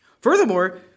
Furthermore